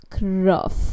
rough